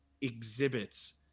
exhibits